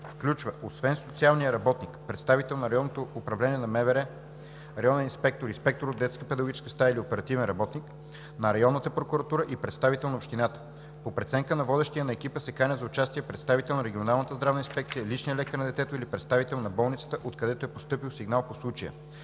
включва, освен социалния работник, представител на Районното управление на Министерството на вътрешните работи – районен инспектор, инспектор от детска педагогическа стая или оперативен работник, на Районната прокуратура и представител на Общината. По преценка на водещия на екипа се канят за участие представител на Регионалната здравна инспекция, личният лекар на детето или представител на болницата, откъдето е постъпил сигнал по случая,